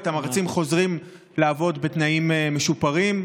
את המרצים חוזרים לעבוד בתנאים משופרים,